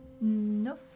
No